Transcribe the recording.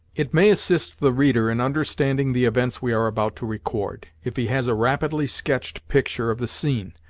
it may assist the reader in understanding the events we are about to record, if he has a rapidly sketched picture of the scene,